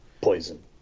Poison